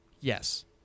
Yes